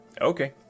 Okay